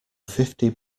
fifty